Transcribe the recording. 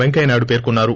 పెంకయ్య నాయుడు పేర్కొన్నారు